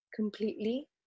Completely